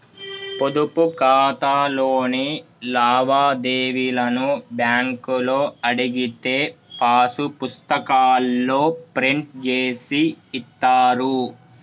పొదుపు ఖాతాలోని లావాదేవీలను బ్యేంకులో అడిగితే పాసు పుస్తకాల్లో ప్రింట్ జేసి ఇత్తారు